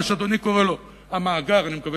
מה שאדוני קורא לו "המאגר" אני מקווה